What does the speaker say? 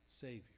Savior